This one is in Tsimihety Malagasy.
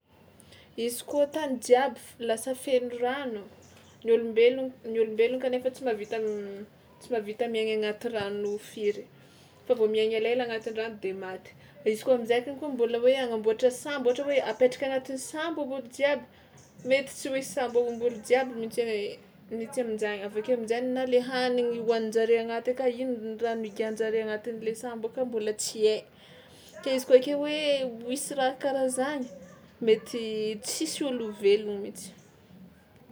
Izy kôa tany jiaby f- lasa feno rano, ny ôlombelona ny ôlombelona kanefa tsy mahavita m- tsy mahavita miaigna agnaty rano firy fa vao miaigna elaela agnatin'ny rano de maty; izy kôa am'zay konko mbôla hoe agnamboatra sambo ohatra hoe apetraka agnatin'ny sambo omby olo jiaby, mety tsy ho hisy sambo omby olo jiaby mihitsy e- mihitsy amin-jany, avy akeo amin-jany na le hanigny hohanin-jare agnaty aka ino ny rano igian-jareo agnatin'le samba aka mbôla tsy hay; ke izy koa ake hoe ho hisy raha karaha zany, mety tsisy olo ho velona mihitsy.